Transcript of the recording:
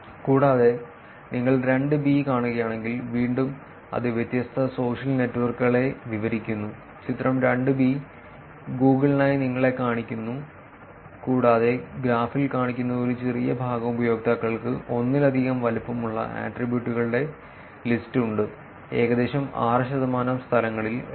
കൂടാതെ നിങ്ങൾ 2 കാണുകയാണെങ്കിൽ വീണ്ടും അത് വ്യത്യസ്ത സോഷ്യൽ നെറ്റ്വർക്കുകളെ വിവരിക്കുന്നു ചിത്രം 2 ബി ഗൂഗിളിനായി നിങ്ങളെ കാണിക്കുന്നു കൂടാതെ ഗ്രാഫിൽ കാണിക്കുന്നത് ഒരു ചെറിയ ഭാഗം ഉപയോക്താക്കൾക്ക് ഒന്നിലധികം വലുപ്പമുള്ള ആട്രിബ്യൂട്ടുകളുടെ ലിസ്റ്റ് ഉണ്ട് ഏകദേശം 6 ശതമാനം സ്ഥലങ്ങളിൽ 2